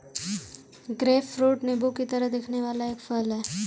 grapefruit नींबू की तरह दिखने वाला एक फल है